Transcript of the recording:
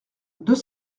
deux